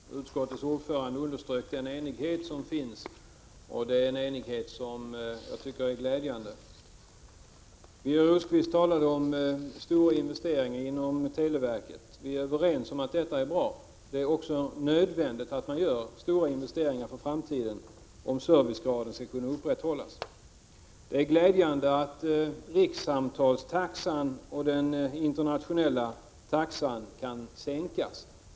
Herr talman! Utskottets ordförande underströk den enighet som finns. Det är en enighet som jag tycker är glädjande. Birger Rosqvist talade om stora investeringar inom televerket. Vi är överens om att dessa är bra. Det är också nödvändigt att göra stora investeringar för framtiden, om servicegraden skall kunna upprätthållas. Det är glädjande att rikssamtalstaxan och den internationella taxan kan sänkas.